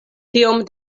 tiom